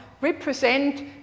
represent